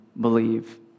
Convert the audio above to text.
believe